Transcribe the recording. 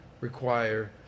require